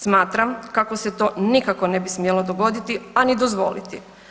Smatram kako se to nikako ne bi smjelo dogoditi, a ni dozvoliti.